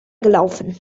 gelaufen